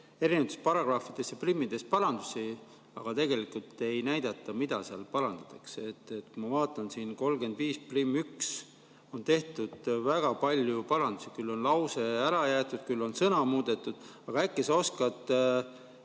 erinevates paragrahvidesprim'ides parandusi, aga tegelikult ei näidata, mida seal parandatakse. Ma vaatan siin § 351on tehtud väga palju parandusi, küll on lause ära jäetud, küll sõna muudetud. Äkki sa oskad